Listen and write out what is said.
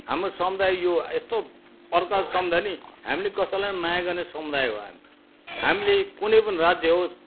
हाम्रो समुदाय यो यस्तो अर्का समुदाय नि हामीले कसैलाई माया गर्ने समुदाय हो हामी हामीले कुनै पनि राज्य होस्